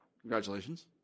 Congratulations